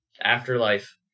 Afterlife